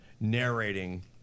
narrating